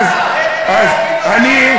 אז אני,